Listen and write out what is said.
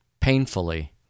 painfully